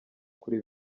kuri